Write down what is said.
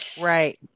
Right